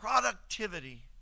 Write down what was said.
productivity